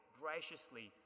graciously